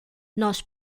nós